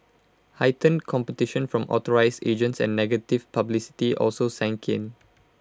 heightened competition from authorised agents and negative publicity also sank in